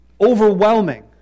overwhelming